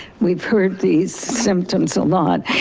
we've heard these symptoms a lot.